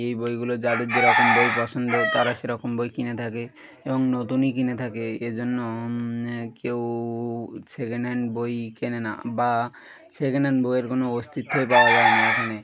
এই বইগুলো যাদের যেরকম বই পছন্দ তারা সেরকম বই কিনে থাকে এবং নতুনই কিনে থাকে এজন্য কেউ সেকেন্ড হ্যান্ড বই কেনে না বা সেকেন্ড হ্যান্ড বইয়ের কোনো অস্তিত্বই পাওয়া যায় না এখানে